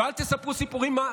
ואל תספרו סיפורים.